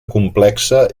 complexa